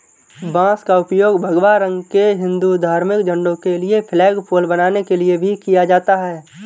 बांस का उपयोग भगवा रंग के हिंदू धार्मिक झंडों के लिए फ्लैगपोल बनाने के लिए भी किया जाता है